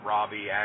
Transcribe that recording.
Robbie